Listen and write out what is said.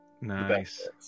nice